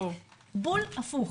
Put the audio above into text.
בול הפוך.